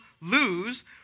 lose